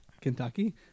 kentucky